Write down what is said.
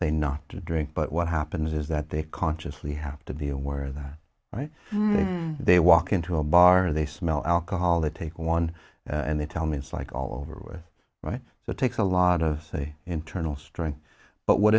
they not to drink but what happens is that they consciously have to be aware that right they walk into a bar and they smell alcohol they take one and they tell me it's like all over with right so it takes a lot of internal strength but what